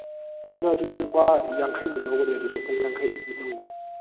ꯄꯨꯡꯗ ꯑꯗꯨꯗꯤ ꯑꯗꯨꯝ ꯂꯨꯄꯥ ꯌꯥꯡꯈꯩ ꯃꯨꯛ ꯂꯧꯒꯅꯤ ꯑꯗꯨꯁꯨ ꯄꯨꯡ ꯌꯥꯡꯈꯩ ꯂꯧꯅꯤ